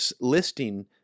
listing